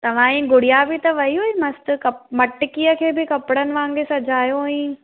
तव्हां जी गुड़िया बि त वई हुई मस्तु मटकीअ खे बि कपिड़नि वांगुरु सजायो हुयईं